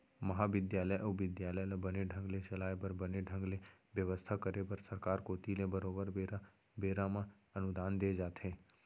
महाबिद्यालय अउ बिद्यालय ल बने ढंग ले चलाय बर बने ढंग ले बेवस्था करे बर सरकार कोती ले बरोबर बेरा बेरा म अनुदान दे जाथे